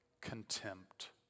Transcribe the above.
contempt